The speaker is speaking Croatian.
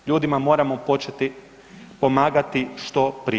Ljudima moramo početi pomagati što prije.